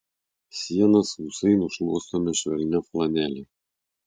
sienas sausai nušluostome švelnia flanele